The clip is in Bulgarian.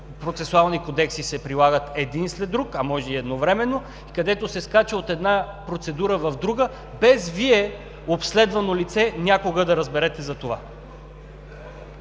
процесуални кодекси се прилагат един след друг, а може и едновременно и където се скача от една процедура в друга, без Вие – обследвано лице, някога да разберете за това.